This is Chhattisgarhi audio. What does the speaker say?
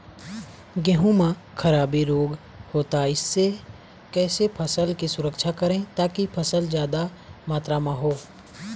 गेहूं म खराबी रोग होता इससे कैसे फसल की सुरक्षा करें ताकि फसल जादा मात्रा म हो?